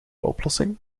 oplossing